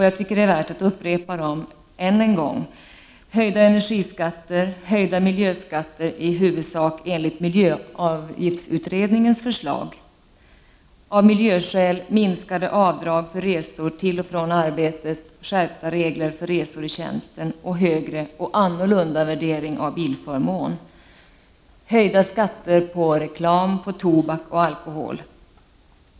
Jag tycker att det är värt att upprepa dessa än en gång: Höjda energiskatter, höjda miljöskatter — i huvudsak i enlighet med miljöavgiftsutredningens förslag. Vidare vill vi av miljöskäl ha en minskning av avdragen för resor till och från arbetet och skärpta regler för resor i tjänsten samt en högre och annorlunda värdering av bilförmånen. Dessutom vill vi ha en höjning av skatterna på reklam, tobak och alkohol.